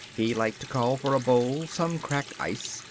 he liked to call for a bowl, some cracked ice,